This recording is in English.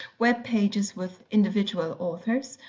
web pages with individual authors,